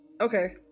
Okay